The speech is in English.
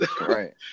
Right